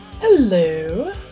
Hello